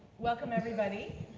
welcome everybody,